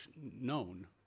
known